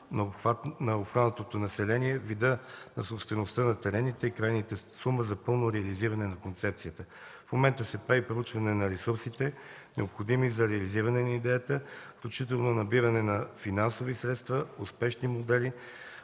на обхванатото население, вида на собствеността на терените и крайната сума за пълно реализиране на концепцията. В момента се прави проучване на ресурсите, необходими за реализиране на идеята, включително набиране на финансови средства. Успешните модели